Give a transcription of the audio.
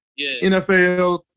NFL